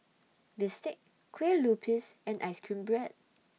Bistake Kue Lupis and Ice Cream Bread